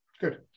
Good